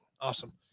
Awesome